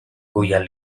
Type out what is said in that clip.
cuya